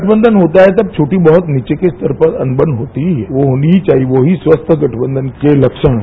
गठबंधन होता है तो छोटी बहुत नीचे के स्तर अनबन होती है ओ होनी ही चाहिये वहीं स्वस्थ्य गठबंधन के लक्षण हैं